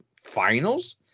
finals